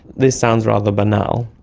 this sounds rather banal.